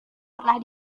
pernah